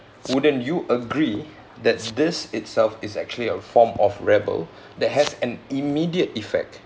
wouldn't you agree that this itself is actually a form of rebel that has an immediate effect